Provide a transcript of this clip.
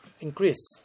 increase